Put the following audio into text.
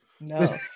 No